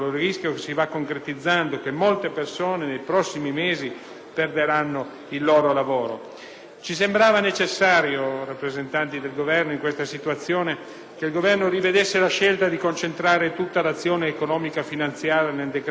Ci sembrava necessario, che in questa situazione il Governo rivedesse la scelta di concentrare tutta l'azione economico-finanziaria nel decreto-legge n. 112. Quello strumento e quella impostazione sono invero superati dai fatti.